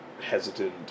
hesitant